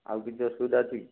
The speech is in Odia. ଆଉ କିଛି ଅସୁବିଧା ଅଛି